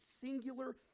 singular